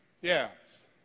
Yes